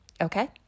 Okay